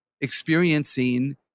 experiencing